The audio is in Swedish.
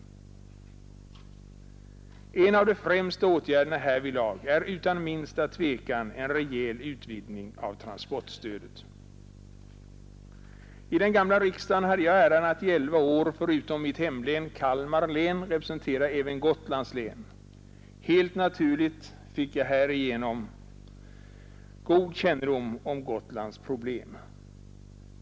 En av de främsta åtgärderna härvidlag är utan minsta tvivel en rejäl utvidgning av transportstödet. I den gamla riksdagen hade jag äran att under 11 år representera förutom mitt hemlän, Kalmar län, även Gotlands län. Helt naturligt fick jag härigenom god kännedom om Gotlands problem.